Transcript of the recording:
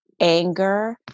anger